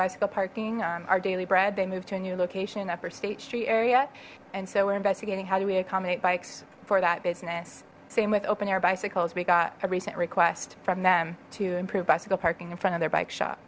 bicycle parking our daily bread they moved to a new location after state street area and so we're investigating how do we accommodate bikes for that business same with open air bicycles we got a recent request from them to improve bicycle parking in front of their bike shop